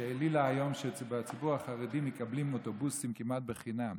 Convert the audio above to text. שהעלילה היום שבציבור החרדי מקבלים אוטובוסים כמעט בחינם.